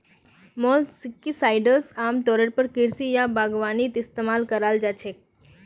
molluscicides आमतौरेर पर कृषि या बागवानीत इस्तमाल कराल जा छेक